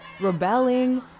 rebelling